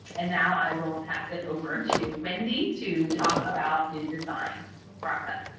and now i will pass it over to wendy to talk about the design process.